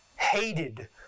hated